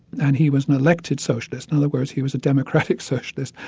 and he was an elected socialist. in other words, he was a democratic socialist,